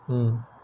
mm